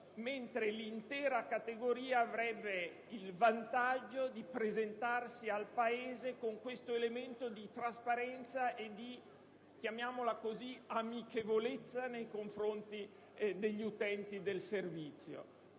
mentre l'intera categoria avrebbe il vantaggio di presentarsi al Paese con un elemento di trasparenza e di amichevolezza - possiamo chiamarla così - nei confronti degli utenti del servizio.